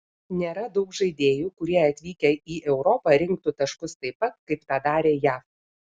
nėra daug žaidėjų kurie atvykę į europą rinktų taškus taip pat kaip tą darė jav